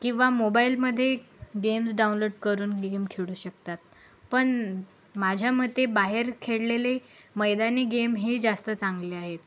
किंवा मोबाईलमध्ये games download करून गेम खेळू शकतात पण माझ्या मते बाहेर खेळलेले मैदानी गेम हे जास्त चांगले आहेत